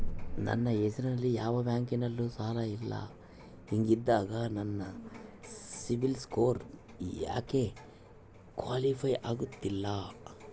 ನನ್ನ ಹೆಸರಲ್ಲಿ ಯಾವ ಬ್ಯಾಂಕಿನಲ್ಲೂ ಸಾಲ ಇಲ್ಲ ಹಿಂಗಿದ್ದಾಗ ನನ್ನ ಸಿಬಿಲ್ ಸ್ಕೋರ್ ಯಾಕೆ ಕ್ವಾಲಿಫೈ ಆಗುತ್ತಿಲ್ಲ?